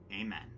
Amen